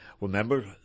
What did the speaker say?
Remember